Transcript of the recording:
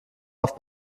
auf